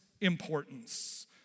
importance